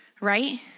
right